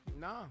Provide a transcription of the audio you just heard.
No